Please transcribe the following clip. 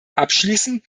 abschließend